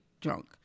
drunk